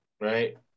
right